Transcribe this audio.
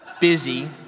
Busy